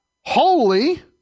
holy